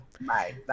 bye